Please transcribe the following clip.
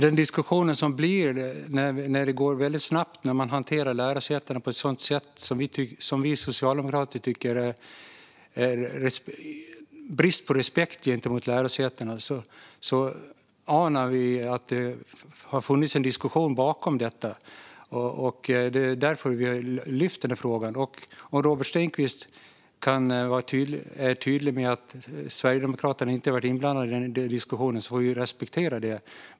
Fru talman! När det går väldigt snabbt och man hanterar lärosätena på ett sätt som vi socialdemokrater tycker visar brist på respekt gentemot lärosätena anar vi att det har funnits en diskussion bakom detta. Det är därför vi lyfter frågan. Robert Stenkvist är tydlig med att Sverigedemokraterna inte har varit inblandade i den diskussionen, och det får jag ju respektera.